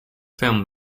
film